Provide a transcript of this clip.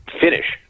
finish